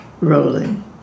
rolling